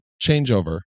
changeover